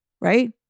Right